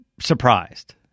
surprised